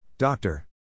Doctor